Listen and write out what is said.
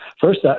First